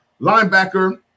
linebacker